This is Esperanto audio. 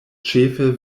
ĉefe